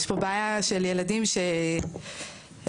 יש פה בעיה של ילדים לא מדברים,